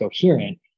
coherent